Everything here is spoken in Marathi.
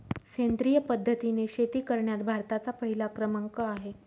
सेंद्रिय पद्धतीने शेती करण्यात भारताचा पहिला क्रमांक आहे